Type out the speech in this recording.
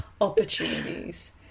opportunities